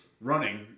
running